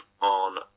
on